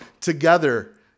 together